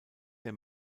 der